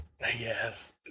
Yes